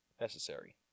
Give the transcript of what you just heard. necessary